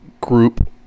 group